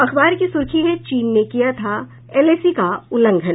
अखबार की सुर्खी है चीन ने किया था एलएसी का उल्लंघन